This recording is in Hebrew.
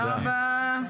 לכולם,